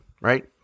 right